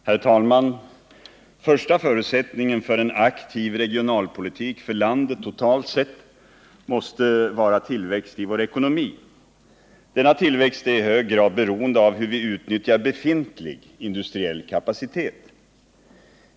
Herr talman! Första förutsättningen för en aktiv regionalpolitik för landet totalt sett måste vara tillväxt i vår ekonomi. Denna tillväxt är i hög grad beroende av hur vi utnyttjar befintlig industriell kapacitet.